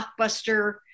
blockbuster